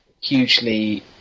hugely